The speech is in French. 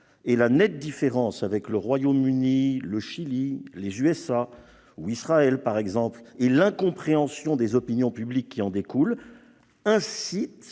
et la nette différence avec le Royaume-Uni, le Chili, les États-Unis ou Israël, par exemple- et l'incompréhension des opinions publiques qui en découle -, incite